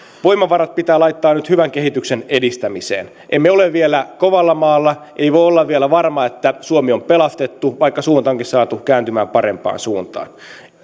voimavarat pitää laittaa nyt hyvän kehityksen edistämiseen emme ole vielä kovalla maalla ei voi olla vielä varma että suomi on pelastettu vaikka suunta onkin saatu kääntymään parempaan suuntaan